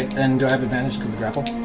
and do i have advantage because of